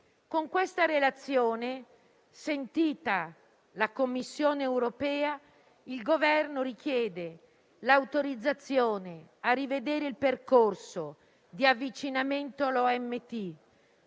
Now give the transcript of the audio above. Con questa Relazione, sentita la Commissione europea, il Governo richiede l'autorizzazione a rivedere il percorso di avvicinamento